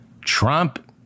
Trump